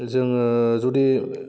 जोङो जुदि